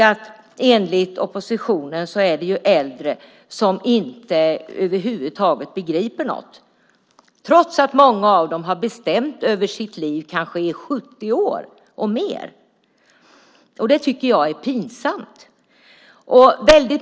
Enligt oppositionen är det äldre som över huvud taget inte begriper någonting trots att många av dem har bestämt över sina liv i över 70 år och mer. Det tycker jag är pinsamt.